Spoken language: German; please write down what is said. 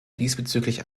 diesbezüglich